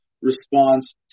response